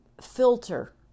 filter